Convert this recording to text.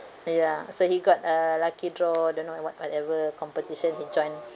ya so he got a lucky draw don't know like what whatever competition he joined